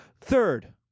Third